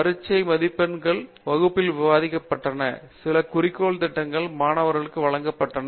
பரீட்சை மதிப்பெண்கள் வகுப்பில் விவாதிக்கப்பட்டன சில குறிக்கோள் திட்டங்கள் மாணவர்களுக்கு வழங்கப்படுகின்றன